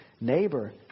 neighbor